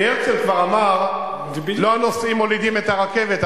כי הרצל כבר אמר: לא הנוסעים מולידים את הרכבת,